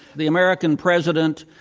the american president,